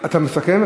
אתה מסכם?